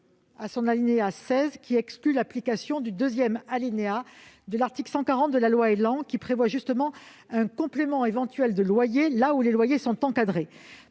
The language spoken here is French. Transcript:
de l'article, qui exclut l'application du deuxième alinéa de l'article 140 de la loi ÉLAN, lequel prévoit justement un complément éventuel de loyer là où les loyers sont encadrés.